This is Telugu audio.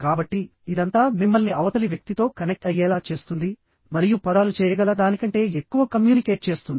కాబట్టి ఇదంతా మిమ్మల్ని అవతలి వ్యక్తితో కనెక్ట్ అయ్యేలా చేస్తుంది మరియు పదాలు చేయగల దానికంటే ఎక్కువ కమ్యూనికేట్ చేస్తుంది